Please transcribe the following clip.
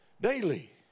daily